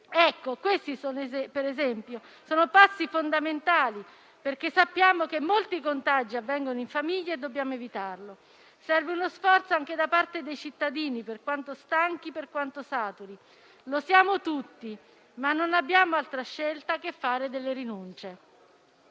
Ecco, questi sono passi fondamentali, perché sappiamo che molti contagi avvengono in famiglia e dobbiamo evitarlo. Serve uno sforzo anche da parte dei cittadini, per quanto stanchi, per quanto saturi. Lo siamo tutti, ma non abbiamo altra scelta che fare rinunce.